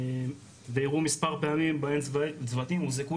ואירעו מספר פעמים בהן צוותים הוזעקו